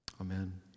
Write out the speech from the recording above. Amen